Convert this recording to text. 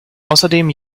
außerdem